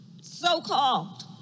so-called